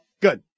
Good